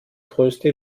größte